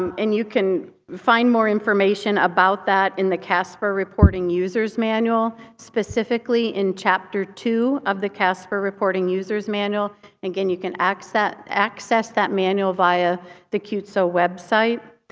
um and you can find more information about that in the casper reporting user's manual, specifically in chapter two of the casper reporting user's manual. and again you can access access that manual via the qtso website.